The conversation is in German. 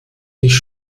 nicht